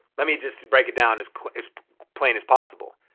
let me just break it down as as plain as possible.